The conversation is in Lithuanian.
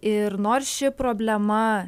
ir nors ši problema